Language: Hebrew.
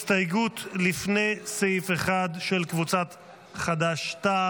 הסתייגות לפני סעיף 1, של קבוצת חד"ש-תע"ל.